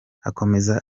akomeza